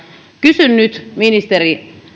kysyn nyt ministeri